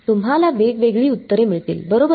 तुम्हाला वेगवेगळी उत्तरे मिळतील बरोबर